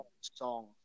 Song